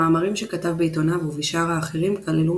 המאמרים שכתב בעיתוניו ובשאר האחרים כללו